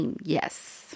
yes